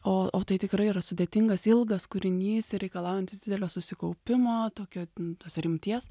o o tai tikrai yra sudėtingas ilgas kūrinys reikalaujantis didelio susikaupimo tokio tos rimties